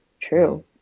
true